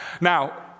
Now